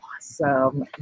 awesome